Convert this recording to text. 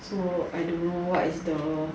so I don't know what is the